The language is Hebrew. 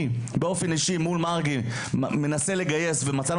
אני באופן אישי מנסה לגייס ופעול,